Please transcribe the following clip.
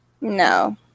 No